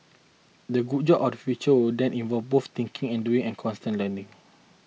the good job of the future will then involve both thinking and doing and constant learning